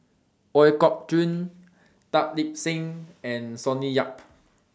Ooi Kok Chuen Tan Lip Seng and Sonny Yap